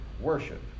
worship